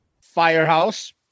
Firehouse